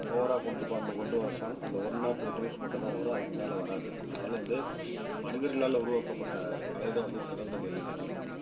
ஓவராக கொண்டு அந்த கொண்டு வர சாங்க் அந்த ஒன் ஆர் டூ டைம்ஸ் மட்டும் தான் வரும் அதுக்கு மேலே வராது அதனால் வந்து மனிதர்களால் உருவாக்கப்பட்ட கலை தான் வந்து சிறந்தது என்றைக்குமே